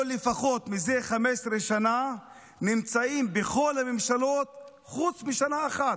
או לפחות זה 15 שנה נמצאים בכל הממשלות חוץ משנה אחת.